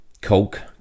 Coke